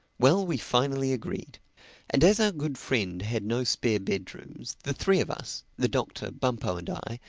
well, we finally agreed and as our good friend had no spare bedrooms, the three of us, the doctor, bumpo and i,